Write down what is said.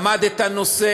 למד את הנושא,